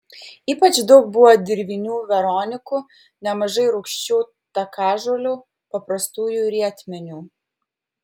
ypač daug buvo dirvinių veronikų nemažai rūgčių takažolių paprastųjų rietmenių